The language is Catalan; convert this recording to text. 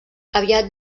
aviat